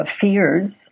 Fears